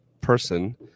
person